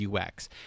UX